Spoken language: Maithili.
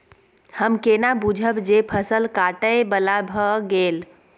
हम केना बुझब जे फसल काटय बला भ गेल?